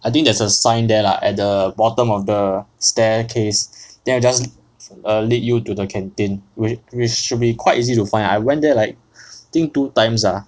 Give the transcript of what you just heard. I think there's a sign there lah at the bottom of the staircase then will just err lead you to the canteen whi~ which should be quite easy to find lah I went there like I think two times ah